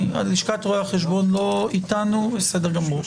לשכת רואי החשבון לא איתנו, בסדר גמור.